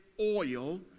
oil